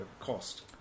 cost